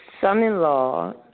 son-in-law